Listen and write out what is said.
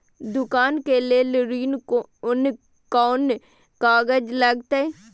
दुकान के लेल ऋण कोन कौन कागज लगतै?